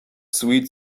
sweet